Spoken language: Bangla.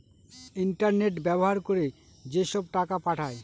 ইন্টারনেট ব্যবহার করে যেসব টাকা পাঠায়